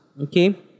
Okay